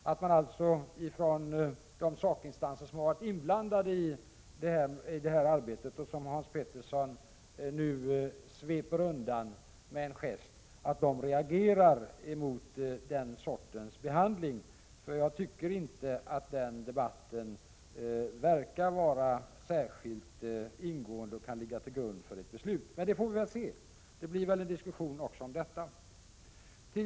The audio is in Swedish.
Jag hoppas alltså att de sakinstanser som har varit inblandade i det här arbetet, och som Hans Pettersson nu sveper undan med en gest, reagerar mot den sortens behandling. Jag tycker inte att den debatten verkar vara särskilt ingående. Den kan därför inte ligga till grund för ett beslut. Men det får vi väl se. Det blir antagligen en diskussion även om detta.